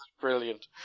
brilliant